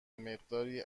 مقداری